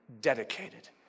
dedicated